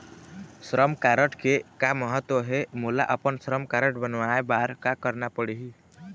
श्रम कारड के का महत्व हे, मोला अपन श्रम कारड बनवाए बार का करना पढ़ही?